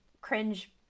cringe